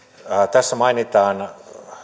tässä mainitaan